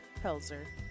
Pelzer